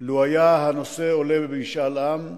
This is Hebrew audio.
לו היה הנושא עולה למשאל עם,